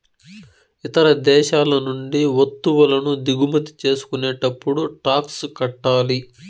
ఇతర దేశాల నుండి వత్తువులను దిగుమతి చేసుకునేటప్పుడు టాక్స్ కట్టాలి